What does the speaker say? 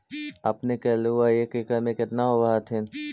अपने के आलुआ एक एकड़ मे कितना होब होत्थिन?